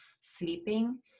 sleeping